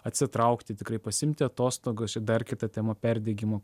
atsitraukti tikrai pasiimti atostogas čia dar kita tema perdegimo